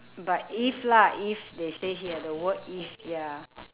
but if lah if they say here the word if ya